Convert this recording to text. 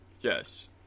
yes